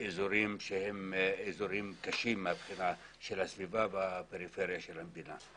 באזורים שהם אזורים קשים מהבחינה של הסביבה בפריפריה של המדינה?